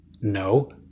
No